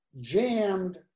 jammed